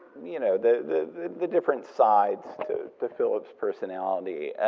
you know, the different sides to to philip's personality.